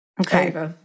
Okay